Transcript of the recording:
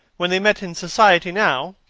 when they met in society now,